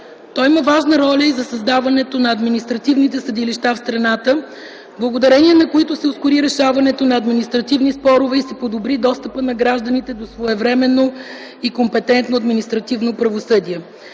Той има важна роля и за създаването на административните съдилища в страната, благодарение на които се ускори решаването на административни спорове и се подобри достъпът на гражданите до своевременно и компетентно административно правосъдие.